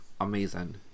amazing